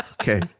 Okay